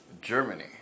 Germany